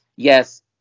Yes